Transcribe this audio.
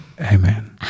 Amen